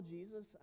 Jesus